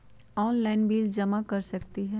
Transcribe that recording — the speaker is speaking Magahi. ऑनलाइन बिल जमा कर सकती ह?